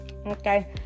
okay